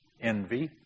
envy